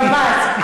ממש.